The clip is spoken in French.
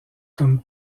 comme